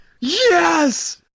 Yes